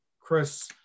Chris